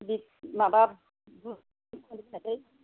बे माबा